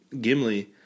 Gimli